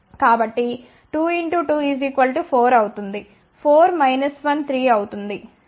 కాబట్టి 2 2 4 అవుతుంది 4 మైనస్ 1 3 అవుతుంది